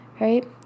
right